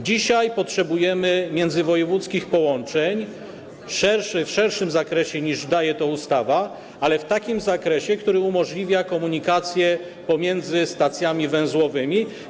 Dzisiaj potrzebujemy międzywojewódzkich połączeń w szerszym zakresie, niż zapewnia ustawa, ale w takim zakresie, który umożliwia komunikację pomiędzy stacjami węzłowymi.